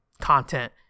content